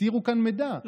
הסתירו כאן מידע,